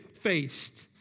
faced